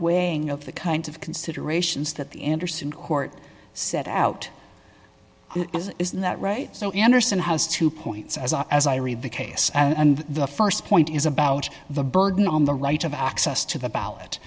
weighing of the kinds of considerations that the anderson court set out is that right so anderson has two points as i as i read the case and the st point is about the burden on the right of access to the ballot